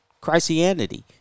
Christianity